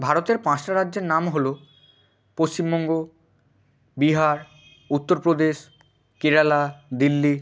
ভারতের পাঁচটা রাজ্যের নাম হলো পশ্চিমবঙ্গ বিহার উত্তরপ্রদেশ কেরালা দিল্লি